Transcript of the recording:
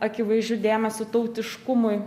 akivaizdžiu dėmesiu tautiškumui